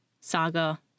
saga